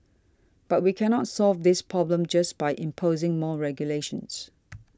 but we cannot solve this problem just by imposing more regulations